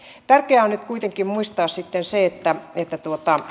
tärkeää on nyt kuitenkin muistaa sitten se että että